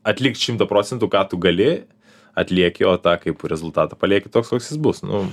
atlikt šimtą procentų ką tu gali atlieki o tą kaip rezultatą palieki toks koks jis bus nu